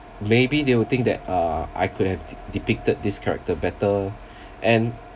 maybe they will think that ah I could have de~ depicted this character better and